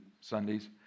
Sundays